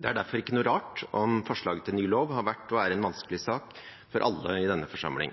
Det er derfor ikke rart om forslaget til ny lov har vært og er en vanskelig sak for alle i denne forsamling.